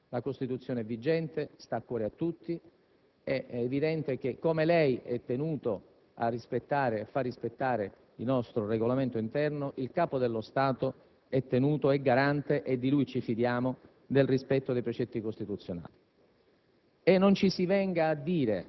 Lo abbiamo citato più volte; la Costituzione vigente sta a cuore a tutti. È evidente che come lei è tenuto a rispettare e a fare rispettare il nostro Regolamento interno, il Capo dello Stato è tenuto, è garante - e di lui ci fidiamo - del rispetto dei precetti costituzionali.